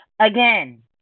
Again